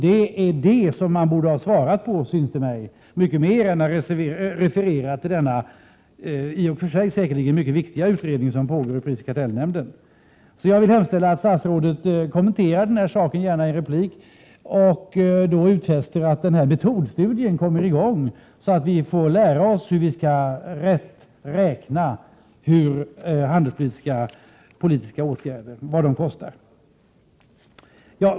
Det är det som man borde ha svarat på, syns det mig, i stället för att referera till denna i och för sig säkerligen mycket viktiga utredning som pågår inom prisoch kartellnämnden. Jag vill hemställa att statsrådet kommenterar den här saken, gärna i en replik, och då utfäster att detta metodstudium kommer i gång, så att vi får lära oss hur vi skall räkna när det gäller att utröna vad handelspolitiska åtgärder kostar.